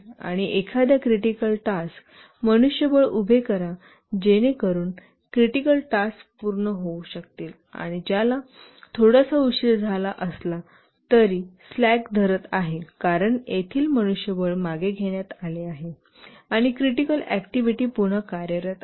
आणि एखाद्या critical task मनुष्यबळ उभे करा जेणेकरून क्रिटिकल टास्क पूर्ण होऊ शकतील आणि ज्याला थोडासा उशीर झाला असला तरी स्लॅक धरत आहे कारण येथील मनुष्यबळ मागे घेण्यात आले आहे आणि क्रिटिकल ऍक्टिव्हिटी पुन्हा कार्यरत आहे